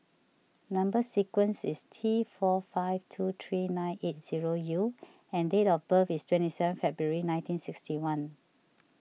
Number Sequence is T four five two three nine eight zero U and date of birth is twenty seven February nineteen sixty one